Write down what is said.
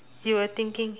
you were thinking